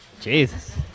Jesus